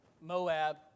Moab